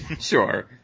Sure